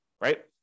right